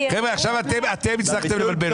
חבר'ה, אתם הצלחתם לבלבל אותי.